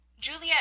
Juliet